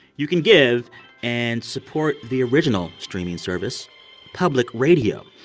you can give and support the original streaming service public radio.